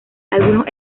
algunos